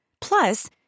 Plus